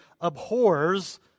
abhors